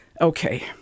Okay